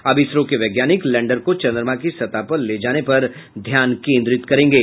अब इसरो के वैज्ञानिक लैंडर को चंद्रमा की सतह पर ले जाने पर ध्यान केंद्रित करेंगे